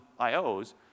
IOs